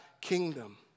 kingdom